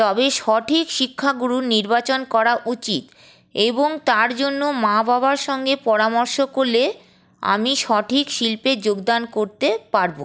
তবে সঠিক শিক্ষাগুরু নির্বাচন করা উচিত এবং তার জন্য মা বাবার সঙ্গে পরামর্শ করলে আমি সঠিক শিল্পে যোগদান করতে পারবো